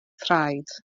thraed